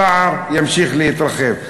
הפער ימשיך להתרחב.